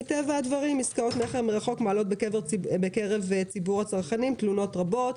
מטבע הדברים עסקאות מכר מרחוק מעלות בקרב ציבור הצרכנים תלונות רבות,